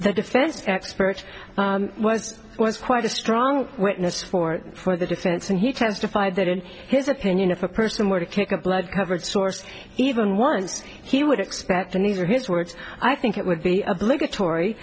the defense expert was was quite a strong witness for for the defense and he testified that in his opinion if a person were to kick a blood covered source even once he would expect and these are his words i think it would be obligatory